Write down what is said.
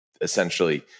essentially